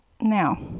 now